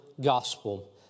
gospel